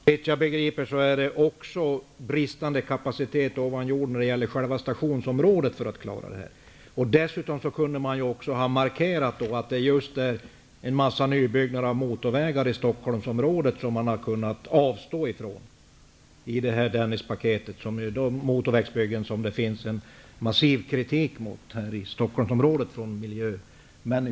Fru talman! Såvitt jag begriper är det också bristande kapacitet ovan jord när det gäller själva stationsområdet. Dessutom kunde man ha markerat att man hade kunnat avstå ifrån att bygga en massa nya motorvägar i Stockholmsområdet, vilket föreslås i Dennispaketet. Dessa motorvägsbyggen finns det en massiv kritik mot i